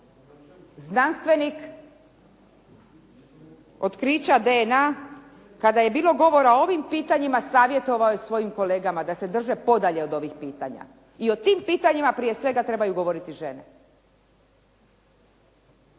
znanstvenik, otkrića DNA, kada je bilo govora o ovim pitanjima savjetovao je svojim kolegama da se drže podalje od ovih pitanja. I o tim pitanjima prije svega trebaju govoriti žene.